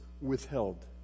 withheld